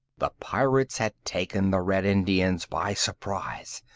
the pirates had taken the red indians by surprise.